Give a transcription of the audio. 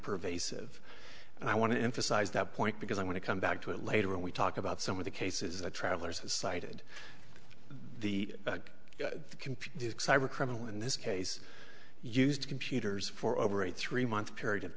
pervasive and i want to emphasize that point because i want to come back to it later when we talk about some of the cases that travelers cited the computer to cyber criminal in this case used computers for over a three month period of